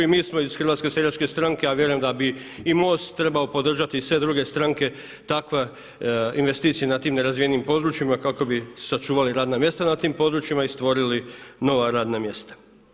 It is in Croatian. I mi smo iz HSS-a a vjerujem da bi i MOST trebao podržati i sve druge stranke takve investicije na tim nerazvijenim područjima kako bi sačuvali radna mjesta na tim područjima i stvorili nova radna mjesta.